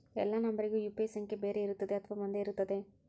ಎಲ್ಲಾ ನಂಬರಿಗೂ ಯು.ಪಿ.ಐ ಸಂಖ್ಯೆ ಬೇರೆ ಇರುತ್ತದೆ ಅಥವಾ ಒಂದೇ ಇರುತ್ತದೆ?